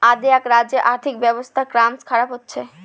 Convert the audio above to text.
অ্দেআক রাজ্যের আর্থিক ব্যবস্থা ক্রমস খারাপ হচ্ছে